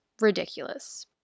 ridiculous